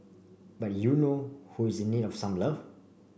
but you know who is in need of some love